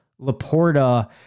Laporta